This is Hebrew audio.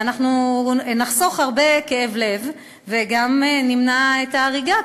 ואנחנו נחסוך הרבה כאב לב וגם נמנע את ההריגה,